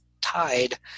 tied